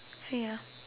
see ya